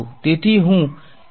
તેથી હું E not ને બાદ કરુ છુ